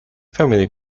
family